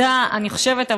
אני חושבת,